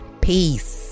Peace